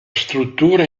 struttura